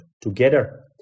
together